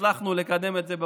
והצלחנו לקדם את זה בוועדה,